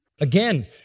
Again